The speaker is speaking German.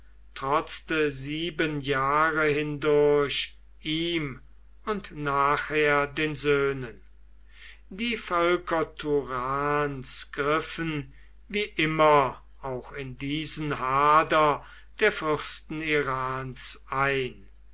hatte trotzte sieben jahre hindurch ihm und nachher den söhnen die völker turans griffen wie immer auch in diesen hader der fürsten irans ein